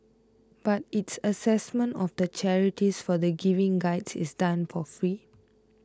but its assessment of the charities for the Giving Guides is done for free